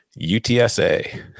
UTSA